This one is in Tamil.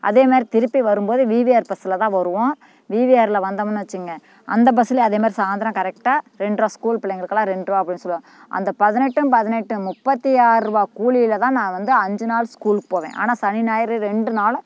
அதே மாதிரி திருப்பி வரும்போது வி வி ஆர் பஸ்ஸில் தான் வருவோம் விவிஆரில் வந்தோம்னு வெச்சிக்கங்க அந்த பஸ்ஸில் அதே மாதிரி சாய்ந்தரம் கரெக்டாக ரெண்டுருவா ஸ்கூல் பிள்ளைங்களுக்குல்லாம் ரெண்டுருவா அப்படின்னு சொல்வாங்க அந்த பதினெட்டும் பதினெட்டும் முப்பத்தி ஆறுபா கூலியில் தான் நான் வந்து அஞ்சு நாள் ஸ்கூலுக்கு போவேன் ஆனால் சனி ஞாயிறு ரெண்டு நாளும்